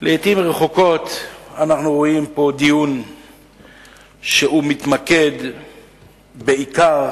לעתים רחוקות אנחנו רואים פה דיון שמתמקד בעיקר,